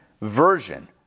version